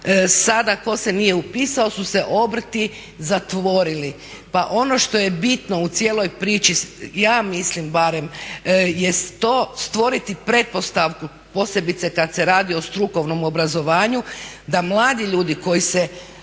sada ko se nije upisao su se obrti zatvorili. Pa ono što je bitno u cijeloj priči, ja mislim barem jest to stvoriti pretpostavku posebice kad se radi o strukovnom obrazovanju da mladi ljudi koji se